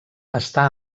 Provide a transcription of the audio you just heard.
està